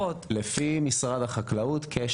לפי התעדופים שלה.